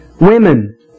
Women